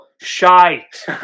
Shite